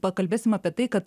pakalbėsim apie tai kad